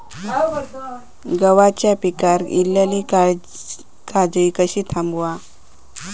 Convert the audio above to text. गव्हाच्या पिकार इलीली काजळी कशी थांबव?